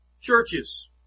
churches